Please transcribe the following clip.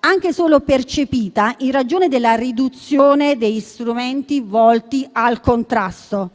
anche solo percepita, in ragione della riduzione degli strumenti volti al contrasto.